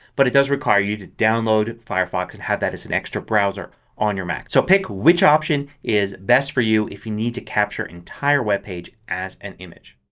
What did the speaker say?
but it does require you to download firefox and have that as an extra browser on your mac. so pick which option is best for you if you need to capture entire webpage as an image.